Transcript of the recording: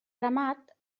ramat